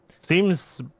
Seems